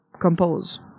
compose